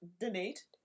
donate